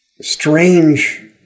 strange